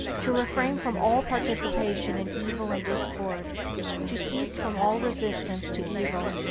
to refrain from all participation in evil and discord to cease from all resistance to evil,